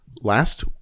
last